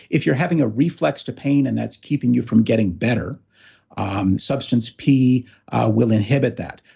if you're having a reflex to pain and that's keeping you from getting better, um the substance p will inhibit that.